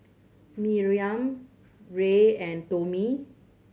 Miriam Ray and Tommie